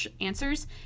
answers